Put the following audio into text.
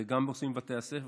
זה גם בבתי הספר.